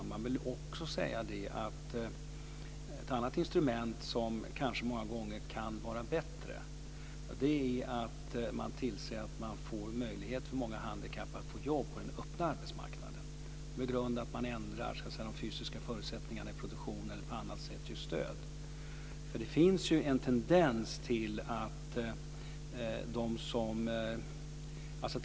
Men jag vill också säga att ett annat instrument som kanske många gånger kan vara bättre är att man tillser att det finns möjlighet för många handikappade att få jobb på den öppna arbetsmarknaden genom att man ändrar de fysiska förutsättningarna i produktionen eller på annat sätt ger stöd.